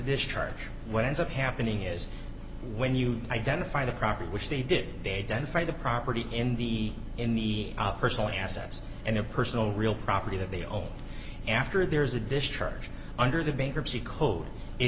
this charge what ends up happening is when you identify the property which they did they don't find the property in the in the personal assets and the personal real property that they own after there's a discharge under the bankruptcy code it